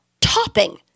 topping